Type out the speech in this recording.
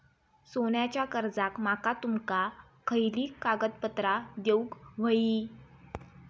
सोन्याच्या कर्जाक माका तुमका खयली कागदपत्रा देऊक व्हयी?